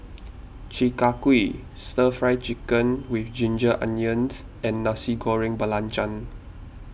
Chi Kak Kuih Stir Fry Chicken with Ginger Onions and Nasi Goreng Belacan